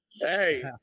Hey